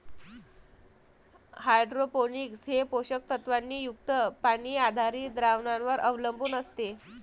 hydroponics हे पोषक तत्वांनी युक्त पाणी आधारित द्रावणांवर अवलंबून असते